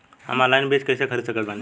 हम ऑनलाइन बीज कइसे खरीद सकत बानी?